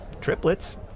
triplets